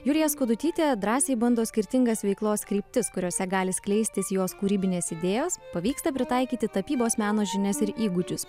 julija skudutytė drąsiai bando skirtingas veiklos kryptis kuriose gali skleistis jos kūrybinės idėjos pavyksta pritaikyti tapybos meno žinias ir įgūdžius